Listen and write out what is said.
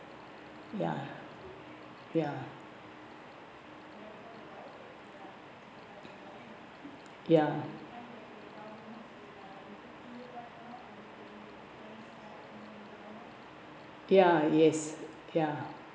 ya ya ya ya yes ya